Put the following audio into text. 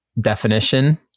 definition